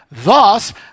Thus